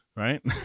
Right